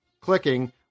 clicking